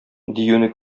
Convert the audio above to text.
диюне